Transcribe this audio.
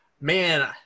man